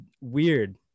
weird